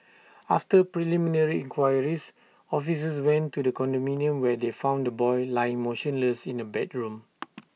after preliminary enquiries officers went to the condominium where they found the boy lying motionless in A bedroom